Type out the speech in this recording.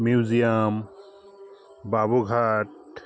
museum Babughat